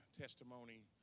testimony